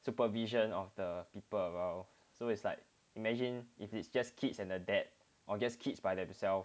supervision of the people around so it's like imagine if it's just kids and a dad or just kids by themselves